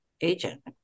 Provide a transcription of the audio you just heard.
agent